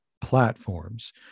platforms